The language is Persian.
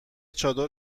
چادر